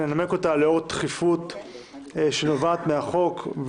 נעבור לסעיף 3: הצעת חוק חדלות פירעון